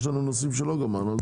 יש נושאים שעוד לא סיימנו.